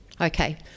okay